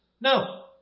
no